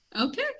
okay